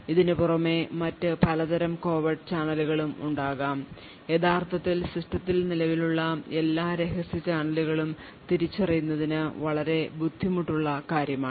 ഇതിനുപുറമെ മറ്റ് പലതരം കോവർട്ട് ചാനലുകളും ഉണ്ടാകാം അതിനാൽ സിസ്റ്റത്തിൽ നിലവിലുള്ള എല്ലാ രഹസ്യ ചാനലുകളും തിരിച്ചറിയുന്നത് വളരെ ബുദ്ധിമുട്ടുള്ള കാര്യമാണ്